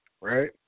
right